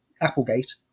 Applegate